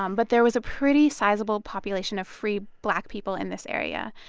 um but there was a pretty sizable population of free black people in this area.